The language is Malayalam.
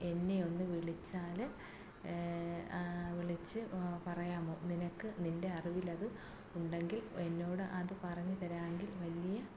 എന്നെ ഒന്ന് വിളിച്ചാൽ വിളിച്ച് പറയാമോ നിനക്ക് നിൻ്റെ അറിവിൽ അത് ഉണ്ടെങ്കിൽ എന്നോട് അത് പറഞ്ഞു തരാമെങ്കിൽ വലിയ